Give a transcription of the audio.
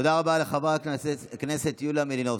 תודה רבה לחברת הכנסת יוליה מלינובסקי.